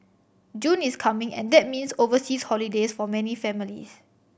June is coming and that means overseas holidays for many families